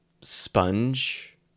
sponge